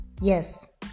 yes